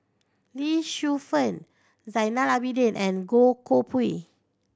Lee Shu Fen Zainal Abidin and Goh Koh Pui